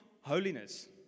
holiness